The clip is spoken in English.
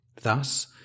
thus